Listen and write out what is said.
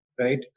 right